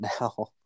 now